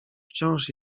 wciąż